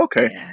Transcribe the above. okay